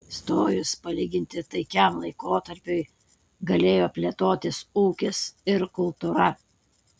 stojus palyginti taikiam laikotarpiui galėjo plėtotis ūkis ir kultūra